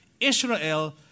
Israel